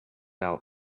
out